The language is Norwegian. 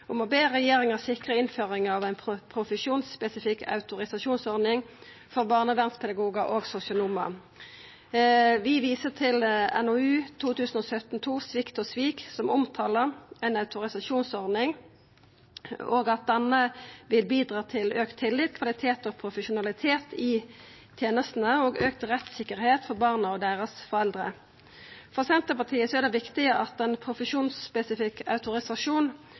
om å be regjeringa sikra innføring av ei profesjonsspesifikk autorisasjonsordning for barnevernspedagogar og sosionomar. Vi viser til NOU 2017: 12, Svikt og svik, som omtaler ei autorisasjonsordning, og at denne vil bidra til auka tillit, kvalitet og profesjonalitet i tenestene og auka rettstryggleik for barna og deira foreldre. For Senterpartiet er det viktig at ein profesjonsspesifikk autorisasjon